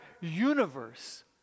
universe